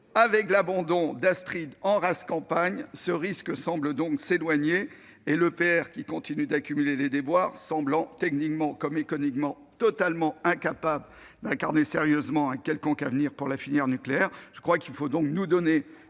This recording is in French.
Avec l'abandon d'Astrid en rase campagne, ce risque paraît s'éloigner. L'EPR continue d'accumuler les déboires et semble techniquement comme économiquement totalement incapable d'incarner sérieusement un quelconque avenir pour la filière nucléaire. Il faut donc nous donner